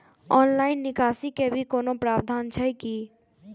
Online निकासी के भी कोनो प्रावधान छै की?